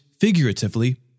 figuratively